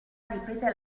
ripete